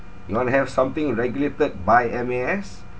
you want to have something regulated by M_A_S